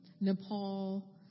Nepal